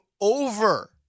over